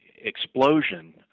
explosion